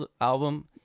album